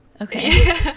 Okay